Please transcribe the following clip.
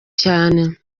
cyane